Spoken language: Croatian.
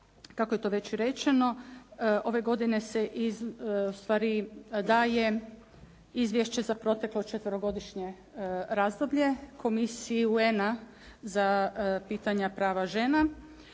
kako je to već rečeno ove godine se ustvari daje izvješće za proteklo četverogodišnje razdoblje, komisije UN-a za pitanja prava žena